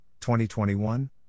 2021